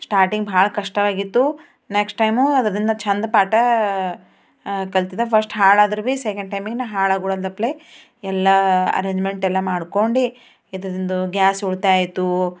starting ಭಾಳ ಕಷ್ಟ ಆಗಿತ್ತು ನೆಕ್ಸ್ಟ್ ಟೈಮು ಅದ್ರದ್ರಿಂದ ಚೆಂದ ಪಾಠ ಕಲ್ತಿದ್ದೆ ಫಸ್ಟ್ ಹಾಳಾದ್ರೂ ಸೆಕೆಂಡ್ ಟೈಮಿಗೆ ನಾನು ಹಾಳಾಗುಳದಪ್ಲೆ ಎಲ್ಲ ಅರೆಂಜ್ಮೆಂಟೆಲ್ಲ ಮಾಡ್ಕೊಂಡು ಇದ್ರದ್ರಿಂದು ಗ್ಯಾಸ್ ಉಳಿತಾಯ ಆಯಿತು